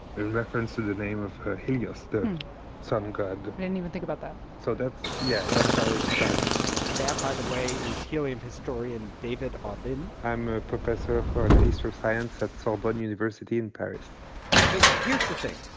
a reference to the name of helios, the sun god i didn't even think about that so that's yeah, that's how it started that, by the way, is helium historian david aubin i'm a professor for the and history of science at sorbonne universite in paris but here's the thing